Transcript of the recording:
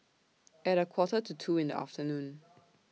At A Quarter to two in The afternoon